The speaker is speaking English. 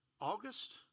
August